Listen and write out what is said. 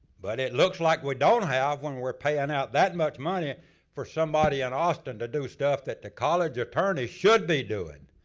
but it looks like we don't have when we're paying out that much money for somebody in austin to do stuff that the college attorney should be doing.